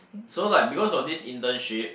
so like because of this internship